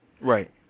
Right